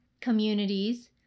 communities